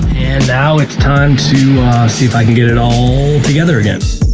and now, it's time to see if i can get it all together again.